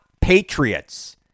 patriots